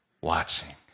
watching